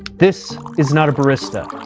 this is not a barista.